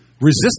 resist